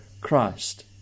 Christ